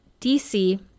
DC